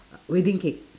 wedding cake